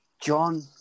John